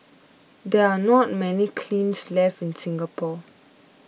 there are not many kilns left in Singapore